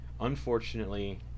unfortunately